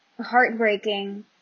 heartbreaking